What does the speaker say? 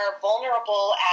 vulnerable